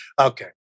Okay